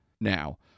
Now